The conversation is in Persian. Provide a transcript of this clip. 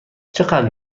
چقدر